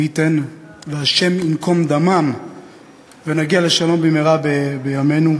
מי ייתן והשם ייקום דמם ונגיע לשלום במהרה בימינו.